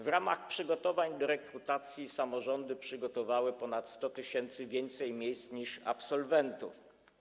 W ramach przygotowań do rekrutacji samorządy przygotowały ponad 100 tys. więcej miejsc niż jest absolwentów.